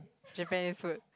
Japanese food